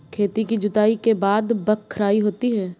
खेती की जुताई के बाद बख्राई होती हैं?